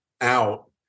out